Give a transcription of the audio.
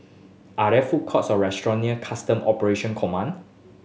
are there food courts or restaurant near Custom Operation Command